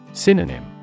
Synonym